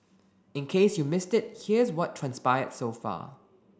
in case you missed it here's what transpired so far